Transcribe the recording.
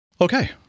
Okay